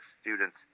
students